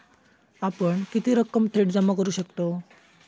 आपण किती रक्कम थेट जमा करू शकतव?